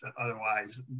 Otherwise